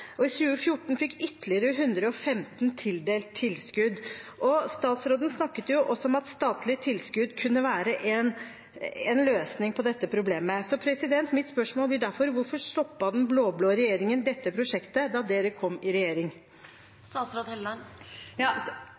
og i 2014 fikk ytterligere 115 tildelt tilskudd, og statsråden snakket jo også om at statlige tilskudd kunne være en løsning på dette problemet. Mitt spørsmål blir derfor: Hvorfor stoppet dette prosjektet opp da den blå-blå regjeringen kom til makten? Husbanken fortsetter likevel, selv om tilskuddet til boligetablering ble lagt ned. I